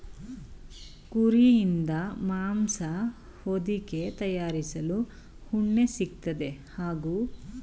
ಕುರಿಯಿಂದ ಮಾಂಸ ಹೊದಿಕೆ ತಯಾರಿಸಲು ಉಣ್ಣೆ ಸಿಗ್ತದೆ ಹಾಗೂ ಗೊಬ್ಬರ ಚರ್ಮ ಹಾಲು ಕೂಡ ಸಿಕ್ತದೆ